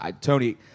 Tony